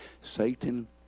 Satan